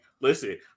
Listen